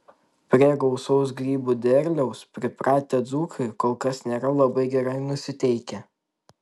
prie gausaus grybų derliaus pripratę dzūkai kol kas nėra labai gerai nusiteikę